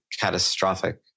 catastrophic